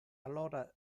allora